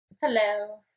Hello